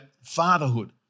fatherhood